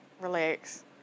relax